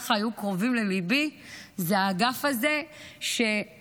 היו קרובים לליבי היה האגף הזה שמטפל,